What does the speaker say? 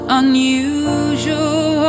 unusual